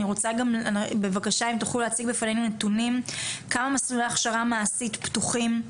אם תוכלו להציג בפנינו נתונים כמה מסלולי הכשרה מעשית פתוחים,